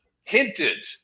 hinted